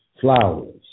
flowers